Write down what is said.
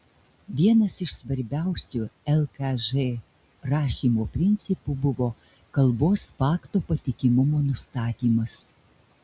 vienas iš svarbiausių lkž rašymo principų buvo kalbos fakto patikimumo nustatymas